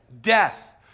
death